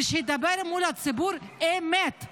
שידבר מול הציבור אמת.